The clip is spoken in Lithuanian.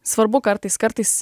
svarbu kartais kartais